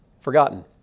forgotten